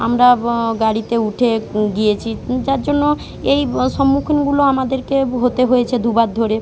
আমরা গাড়িতে উঠে গিয়েছি যার জন্য এই সম্মুখীনগুলো আমাদেরকে হতে হয়েছে দুবার ধরে